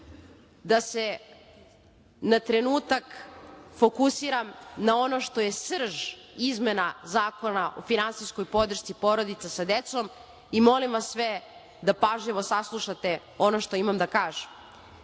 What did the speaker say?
da se na trenutak fokusiram na ono što je srž izmena Zakona o finansijskoj podršci porodica sa decom i molim vas sve da pažljivo saslušate ono što imam da kažem.